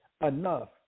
enough